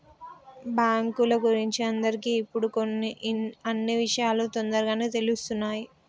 బాంకుల గురించి అందరికి ఇప్పుడు అన్నీ ఇషయాలు తోందరగానే తెలుస్తున్నాయి